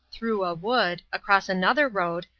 through a wood, across another road,